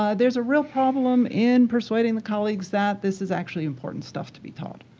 ah there's a real problem in persuading the colleagues that this is actually important stuff to be taught.